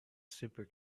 super